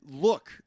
look